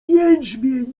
jęczmień